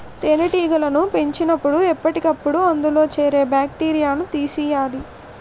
తేనెటీగలను పెంచినపుడు ఎప్పటికప్పుడు అందులో చేరే బాక్టీరియాను తీసియ్యాలి